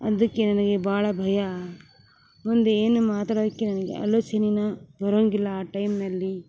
ಅದಕ್ಕೆ ನನಗೆ ಭಾಳ ಭಯ ಮುಂದೆ ಏನು ಮಾತಾಡಕೆ ನನಗೆ ಆಲೋಚನೆನ ಬರುವಂಗಿಲ್ಲ ಆ ಟೈಮ್ನಲ್ಲಿ